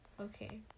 Okay